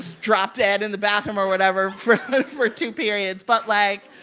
drop dead in the bathroom or whatever for for two periods. but, like,